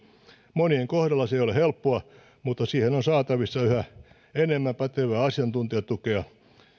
monien kohdalla se ei ole helppoa mutta siihen on saatavissa yhä enemmän pätevää asiantuntijatukea